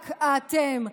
רק אתם,